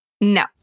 No